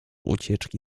ucieczki